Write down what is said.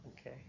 Okay